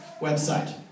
website